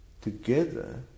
together